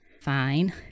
Fine